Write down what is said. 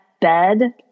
bed